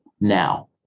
now